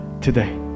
today